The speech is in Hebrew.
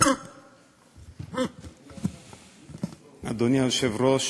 אדוני היושב-ראש,